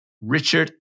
Richard